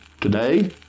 Today